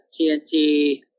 tnt